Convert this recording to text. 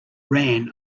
ran